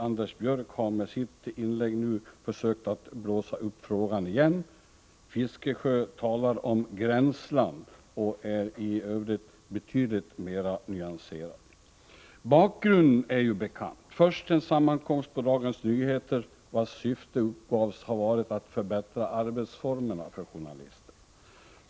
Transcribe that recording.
Anders Björck har nu i sitt anförande försökt blåsa upp frågan igen. Fiskesjö talar om ”gränsland” och är betydligt mera nyanserad. Bakgrunden är ju bekant: Först var det en sammankomst på Dagens Nyheter, vars syfte uppgavs ha varit att förbättra arbetsformerna för journalisterna.